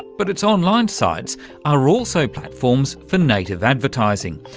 but its online sites are also platforms for native advertising,